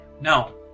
no